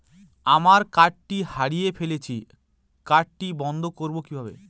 আমার কার্ডটি হারিয়ে ফেলেছি কার্ডটি বন্ধ করব কিভাবে?